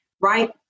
right